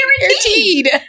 guaranteed